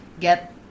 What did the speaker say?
get